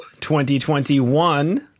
2021